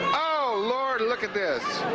oh, lord, look at this!